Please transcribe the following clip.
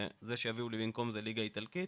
וזה שיביאו לי במקום זה ליגה איטלקית,